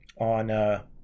on